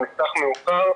או נפתח מאוחר,